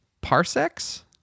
parsecs